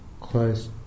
close